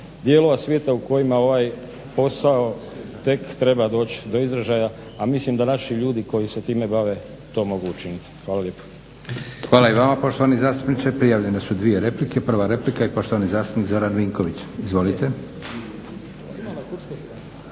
dijelova svijeta u kojima ovaj posao tek treba doći do izražaja, a mislim da naši ljudi koji se time bave to mogu učiniti. Hvala lijepa. **Leko, Josip (SDP)** Hvala i vama poštovani zastupniče. Prijavljene su 2 replike. Prva replika i poštovani zastupnik Zoran Vinković. Izvolite.